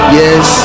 yes